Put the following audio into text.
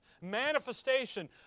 manifestation